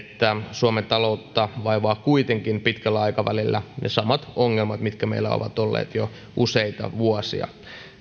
suomen taloutta vaivaavat kuitenkin pitkällä aikavälillä ne samat ongelmat mitkä meillä ovat olleet jo useita vuosia